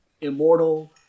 immortal